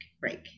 break